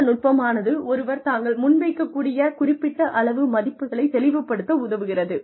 இந்த நுட்பமானது ஒருவர் தாங்கள் முன்வைக்கக்கூடிய குறிப்பிட்ட அளவு மதிப்புகளைத் தெளிவுபடுத்த உதவுகிறது